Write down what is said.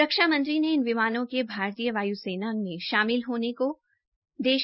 रक्षा मंत्री ने इन विमानों के भारतीय वायुसेना में शामिल होने को दे